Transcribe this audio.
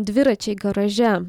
dviračiai garaže